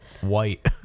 white